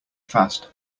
fast